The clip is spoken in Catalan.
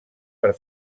per